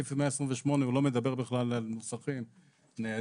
סעיף 128 הוא לא מדבר בכלל על מוסכים ניידים.